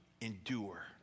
endure